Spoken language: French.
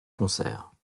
concerts